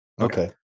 Okay